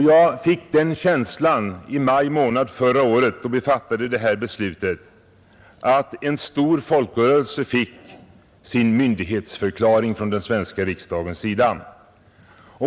Jag fick den känslan i maj månad förra året då vi fattade detta beslut att en stor folkrörelse då fick sin myndighetsförklaring från den svenska riksdagens sida.